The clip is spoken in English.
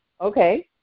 Okay